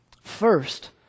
First